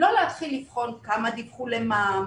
לא להתחיל לבחון כמה דיווחו למע"מ,